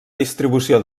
distribució